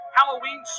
Halloween